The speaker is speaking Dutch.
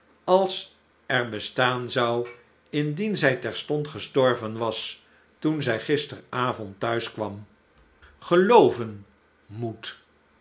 als er bestaan zou indien zij terstond gestorven was toen zij gisteravond thuis kwam gelooven moet